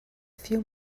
few